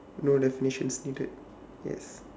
no definitions needed yes